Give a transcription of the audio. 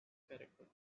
character